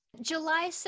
July